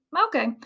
Okay